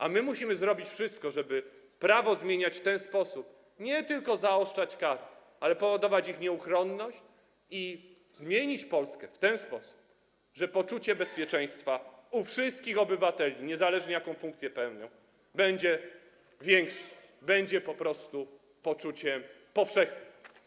A my musimy zrobić wszystko, żeby prawo zmieniać w ten sposób, aby nie tylko zaostrzać kary, ale też powodować ich nieuchronność, i zmienić Polskę w taki sposób, żeby poczucie bezpieczeństwa u wszystkich obywateli niezależnie od tego, jaką funkcję pełnią, było większe, było po prostu poczuciem powszechnym.